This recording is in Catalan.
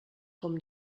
com